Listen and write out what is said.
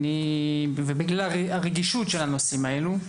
ובגלל הרגישות של הנושאים האלה,